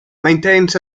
maintains